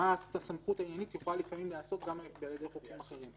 סמכות העניינית יכולה לפעמים להיעשות על ידי חוקים אחרים.